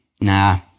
nah